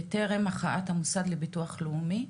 בטרם הכרעת המוסד לביטוח לאומי.